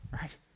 right